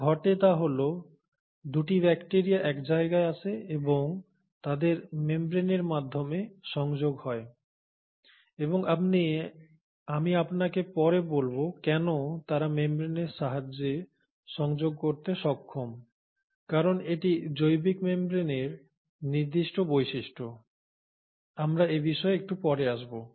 যা ঘটে তা হল 2টি ব্যাকটিরিয়া এক জায়গায় আসে এবং তাদের মেমব্রেনের মাধ্যমে সংযোগ হয় এবং আমি আপনাকে পরে বলব কেন তারা মেমব্রেনের সাহায্যে সংযোগ করতে সক্ষম কারণ এটি জৈবিক মেমব্রেনের নির্দিষ্ট বৈশিষ্ট্য আমরা এবিষয়ে একটু পরে আসব